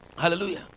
hallelujah